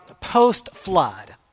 post-flood